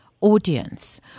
audience